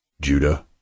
Judah